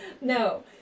No